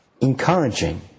encouraging